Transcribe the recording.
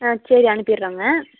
ஆ சரி அனுப்பிடுறோங்க